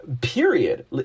period